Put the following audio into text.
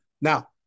Now